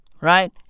Right